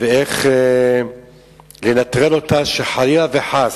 ואיך לנטרל אותה, שחלילה וחס,